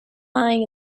lying